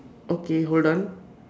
okay hold on